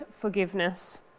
forgiveness